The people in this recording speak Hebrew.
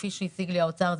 כפי שהציג לי האוצר,